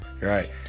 right